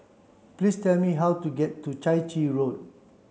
please tell me how to get to Chai Chee Road